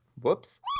Whoops